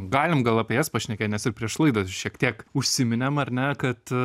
galim gal apie jas pašnekėt nes ir prieš laidą šiek tiek užsiminėm ar ne kad